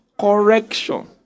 Correction